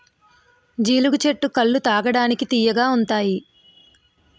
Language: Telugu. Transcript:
జీలుగు చెట్టు కల్లు తాగడానికి తియ్యగా ఉంతాయి